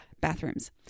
bathrooms